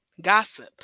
gossip